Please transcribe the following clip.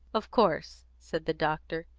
of course, said the doctor,